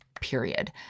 period